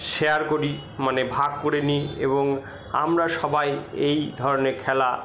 share করি মানে ভাগ করে নিই এবং আমরা সবাই এই ধরনের খেলা